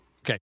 Okay